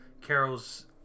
Carol's